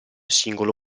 singolo